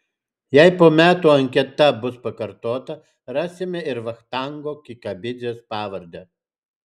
jei po metų anketa bus pakartota rasime ir vachtango kikabidzės pavardę